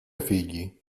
figli